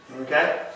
okay